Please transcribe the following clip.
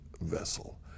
vessel